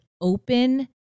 open